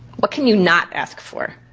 what can you not ask for?